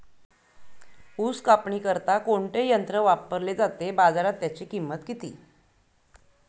ऊस कापणीकरिता कोणते यंत्र वापरले जाते? बाजारात त्याची किंमत किती?